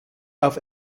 auf